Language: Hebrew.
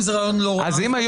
אם זה רעיון לא רע --- אז רגע,